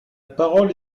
parole